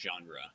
genre